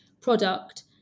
product